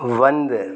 one